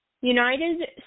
United